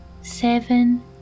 seven